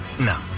No